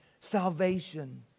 salvation